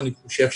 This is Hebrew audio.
אני חושב,